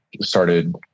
started